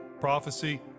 prophecy